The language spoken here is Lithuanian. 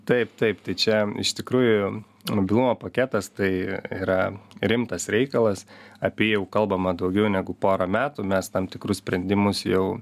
taip taip tai čia iš tikrųjų mobilumo paketas tai yra rimtas reikalas apie jį jau kalbama daugiau negu porą metų mes tam tikrus sprendimus jau